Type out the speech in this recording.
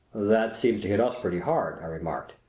that seems to hit us pretty hard, i remarked.